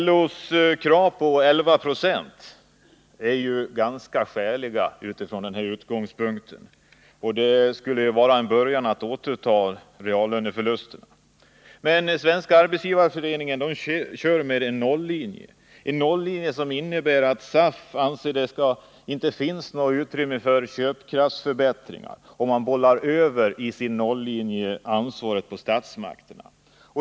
LO:s krav på 11 96 är ganska skäligt utifrån den utgångspunkten, och en sådan ökning skulle vara en början när det gäller att återta reell löneförlust. Men Svenska arbetsgivareföreningen kör med en nollinje, som innebär att man anser att det inte finns något utrymme för köpkraftsförbättringar. Man bollar därmed över ansvaret på statsmakterna.